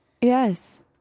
yes